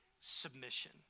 submission